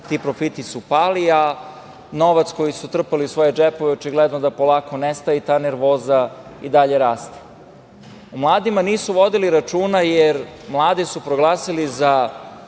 ti profiti su pali, a novac koji su trpali u svoje džepove očigledno da polako nestaje i ta nervoza i dalje raste.O mladimo nisu vodili računa jer mlade su proglasili za